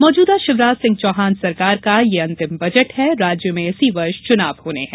मौजूदा शिवराज सिंह चौहान सरकार का ये अंतिम बजट है राज्य में इसी वर्ष चुनाव होने है